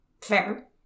Fair